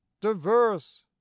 diverse